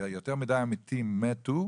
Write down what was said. יותר מדי עמיתים מתו,